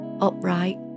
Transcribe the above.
upright